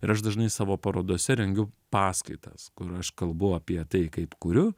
ir aš dažnai savo parodose rengiu paskaitas kur aš kalbu apie tai kaip kuriu